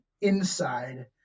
inside